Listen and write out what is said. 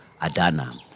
Adana